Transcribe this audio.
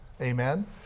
Amen